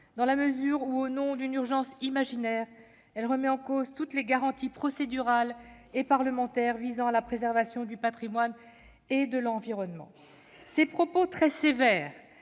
dans la mesure où, au nom d'une urgence imaginaire, elle remet en cause toutes les garanties procédurales et parlementaires visant à la préservation du patrimoine et de l'environnement. » Ces propos très sévères